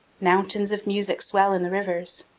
mountains of music swell in the rivers,